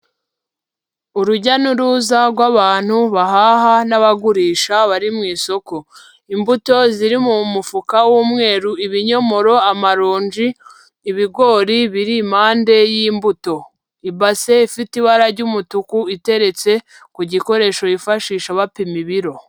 Urujya n'uruza rw'abantu bahaha n'abagurisha bari mu isoko, imbuto ziri mu mufuka w'umweru, ibinyomoro, amaronji, ibigori biri impande y'imbuto, ibase ifite ibara ry'umutuku iteretse ku gikoresho bifashisha bapima ibiro.